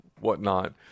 whatnot